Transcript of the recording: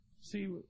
See